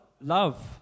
Love